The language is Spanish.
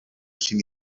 sin